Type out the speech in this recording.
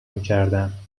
میکردن